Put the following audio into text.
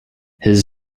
his